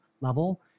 level